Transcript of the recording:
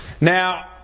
Now